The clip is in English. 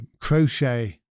crochet